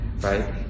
right